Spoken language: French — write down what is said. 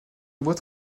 boîte